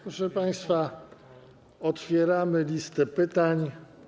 Proszę państwa, otwieramy listę pytań.